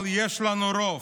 אבל יש לנו רוב.